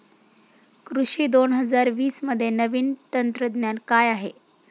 कृषी दोन हजार वीसमध्ये नवीन तंत्रज्ञान काय आहे?